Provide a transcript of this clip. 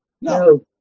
No